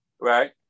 Right